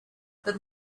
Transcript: but